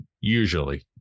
usually